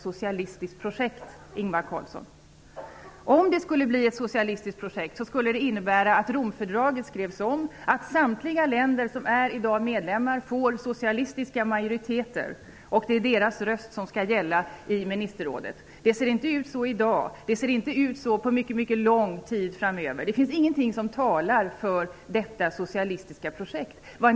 Om det skulle bli ett socialistiskt projekt skulle det innebära att Romfördraget skrevs om, att samtliga länder som i dag är medlemmar får socialistiska majoriteter och att det är deras röst som skall gälla i ministerrådet. Det ser inte ut så i dag, och det ser inte ut så under mycket lång tid framöver. Det finns ingenting som talar för detta socialistiska projekt.